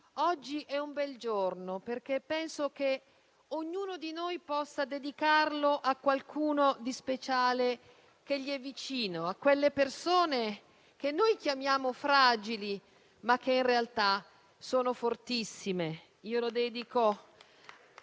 oggi è un bel giorno che penso che ognuno di noi possa dedicare a qualcuno di speciale che gli è vicino, a quelle persone che noi chiamiamo fragili, ma che in realtà sono fortissime.